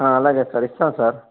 అలాగే సార్ ఇస్తాను సార్